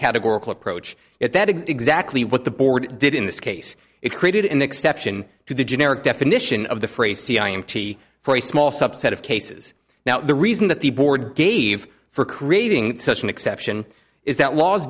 categorical approach it that is exactly what the board did in this case it created an exception to the generic definition of the phrase c i empty for a small subset of cases now the reason that the board gave for creating such an exception is that laws